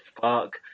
fuck